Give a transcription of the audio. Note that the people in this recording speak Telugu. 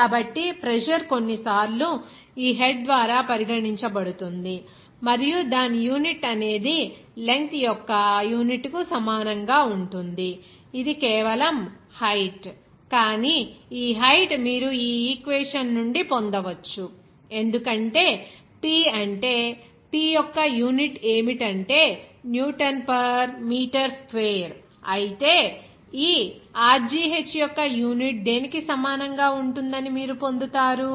కాబట్టి ప్రెజర్ కొన్నిసార్లు ఈ హెడ్ ద్వారా పరిగణించబడుతుంది మరియు దాని యూనిట్ అనేది లెంగ్త్ యొక్క యూనిట్కు సమానంగా ఉంటుంది ఇది కేవలం హైట్ కానీ ఈ హైట్ మీరు ఈ ఈక్వేషన్ నుండి పొందవచ్చు ఎందుకంటే P అంటే P యొక్క యూనిట్ ఏమిటంటే న్యూటన్ పర్ మీటర్ స్క్వేర్ అయితే ఈ rgh యొక్క యూనిట్ దేనికి సమానంగా ఉంటుందని మీరు పొందుతారు